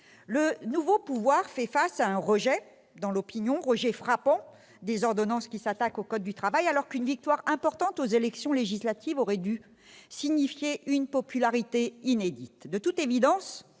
le nouveau pouvoir fait déjà face un rejet dans l'opinion, notamment s'agissant des ordonnances qui s'attaquent au code du travail, alors même qu'une victoire importante aux élections législatives aurait dû s'accompagner d'une popularité inédite